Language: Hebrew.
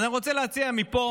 אז אני רוצה להציע מפה